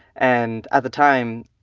and, at the time,